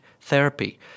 therapy